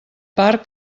part